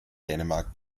dänemark